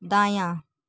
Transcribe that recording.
दायाँ